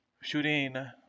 shooting